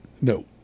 No